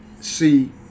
see